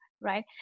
right